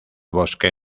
bosque